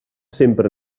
sempre